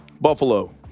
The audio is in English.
Buffalo